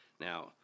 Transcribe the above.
now